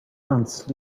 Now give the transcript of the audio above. ants